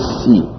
see